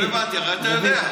לא הבנתי, הרי אתה יודע.